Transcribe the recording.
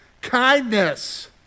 Kindness